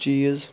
چیٖز